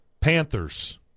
Panthers